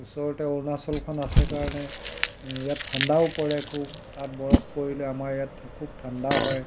ওচৰতে অৰুণাচলখন আছে কাৰণে ইয়াত ঠাণ্ডাও পৰে খুব তাত বৰফ পৰিলে আমাৰ ইয়াত ঠা খুব ঠাণ্ডা হয়